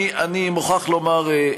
אני מוכרח לומר,